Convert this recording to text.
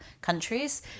countries